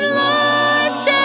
lost